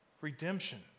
redemption